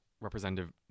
Representative